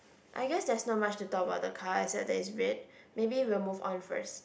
I guess there's not much to talk about the car except that it's red maybe we will move on first